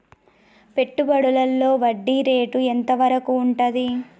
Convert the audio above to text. పెట్టుబడులలో వడ్డీ రేటు ఎంత వరకు ఉంటది?